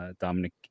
Dominic